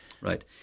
right